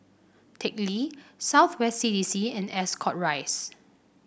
Teck Lee South West C D C and Ascot Rise